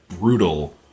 brutal